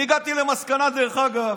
אני הגעתי למסקנה, דרך אגב,